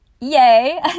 yay